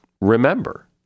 remember